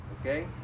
okay